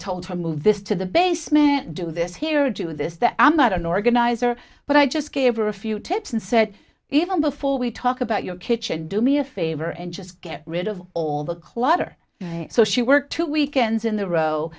told her move this to the basement do this here do this that i am not an organizer but i just gave her a few tips and said even before we talk about your kitchen do me a favor and just get rid of all the clutter so she worked two weekends in the row